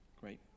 Great